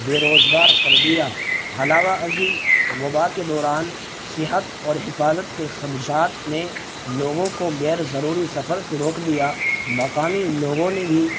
بےروزگار کر دیا علاوہ ازیں وبا کے دوران صحت اور حفاظت کے خدشات نے لوگوں کو غیرضروری سفر سے روک دیا مقامی لوگوں نے بھی